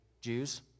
Jews